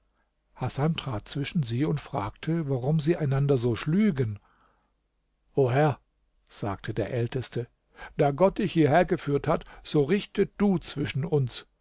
trat zwischen sie und fragte warum sie einander so schlügen o herr sagte der älteste da gott dich hierher geführt hat so richte du zwischen uns